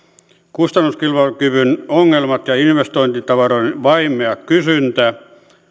kustannuskilpailukyvyn ongelmat ja investointitavaroiden vaimea kysyntä